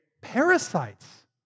parasites